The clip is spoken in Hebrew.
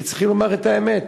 וצריכים לומר את האמת.